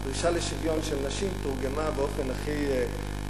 הדרישה לשוויון של נשים תורגמה באופן הכי